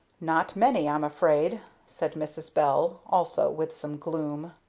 not many, i'm afraid, said mrs. bell, also with some gloom.